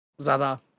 Zada